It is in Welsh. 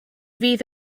fydd